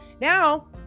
Now